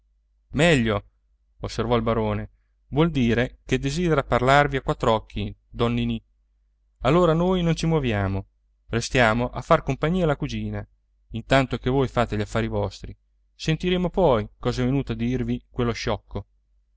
meglio osservò il barone vuol dire che desidera parlarvi a quattr'occhi don ninì allora noi non ci moviamo restiamo a far compagnia alla cugina intanto che voi fate gli affari vostri sentiremo poi cosa è venuto a dirvi quello sciocco